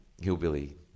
hillbilly